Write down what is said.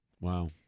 Wow